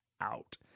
out